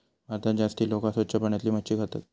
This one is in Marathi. भारतात जास्ती लोका स्वच्छ पाण्यातली मच्छी खातत